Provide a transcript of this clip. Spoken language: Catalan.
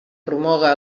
promoga